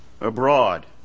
abroad